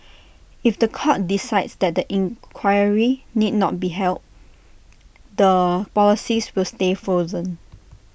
if The Court decides that the inquiry need not be held the policies will stay frozen